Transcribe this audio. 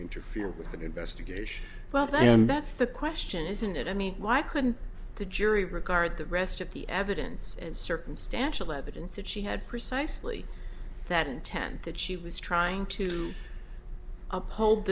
interfere with that investigation well that and that's the question isn't it i mean why couldn't the jury regard the rest of the evidence and circumstantial evidence that she had precisely that intent that she was trying to uphold